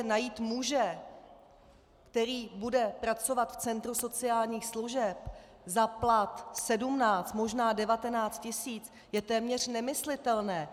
Najít muže, který bude pracovat v centru sociálních služeb za plat 17, možná 19 tisíc je téměř nemyslitelné.